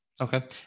Okay